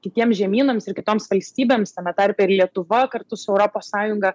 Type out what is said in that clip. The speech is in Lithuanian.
kitiems žemynams ir kitoms valstybėms tame tarpe ir lietuva kartu su europos sąjunga